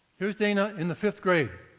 here's dana in the fifth grade.